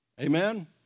Amen